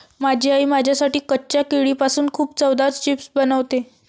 माझी आई माझ्यासाठी कच्च्या केळीपासून खूप चवदार चिप्स बनवते